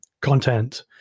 content